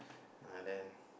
uh then